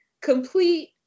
complete